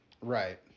Right